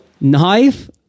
Knife